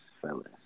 fellas